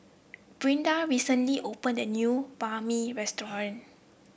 Brianda recently opened a new Banh Mi restaurant